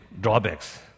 drawbacks